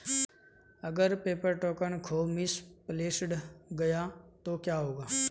अगर paper token खो misplaced गया तो क्या होगा?